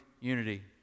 unity